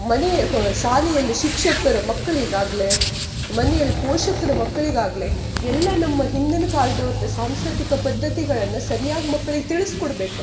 ಮನೆಯ ಹ ಶಾಲೆಯಲ್ಲಿ ಶಿಕ್ಷಕ್ರು ಮಕ್ಳಿಗಾಗ್ಲಿ ಮನೆಯಲ್ಲಿ ಪೋಷಕ್ರು ಮಕ್ಳಿಗಾಗ್ಲಿ ಎಲ್ಲ ನಮ್ಮ ಹಿಂದಿನ ಕಾಲ್ದವ್ರ್ದು ಸಾಂಸ್ಕೃತಿಕ ಪದ್ದತಿಗಳನ್ನು ಸರಿಯಾಗಿ ಮಕ್ಳಿಗೆ ತಿಳಿಸ್ಕೊಡ್ಬೇಕು